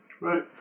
Right